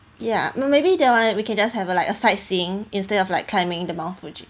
ya maybe that one we can just have a like a sightseeing instead of like climbing the mount fuji